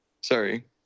Sorry